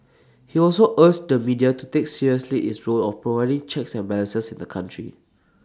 he also urged the media to take seriously its role of providing checks and balances in the country